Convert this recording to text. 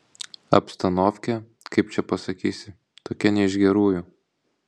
abstanovkė kaip čia pasakysi tokia ne iš gerųjų